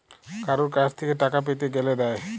কারুর কাছ থেক্যে টাকা পেতে গ্যালে দেয়